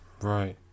Right